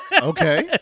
Okay